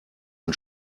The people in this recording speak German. ein